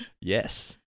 yes